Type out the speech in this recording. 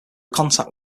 contact